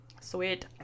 sweet